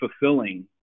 fulfilling